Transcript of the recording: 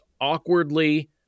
awkwardly